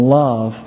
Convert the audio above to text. love